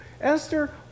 esther